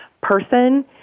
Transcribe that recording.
person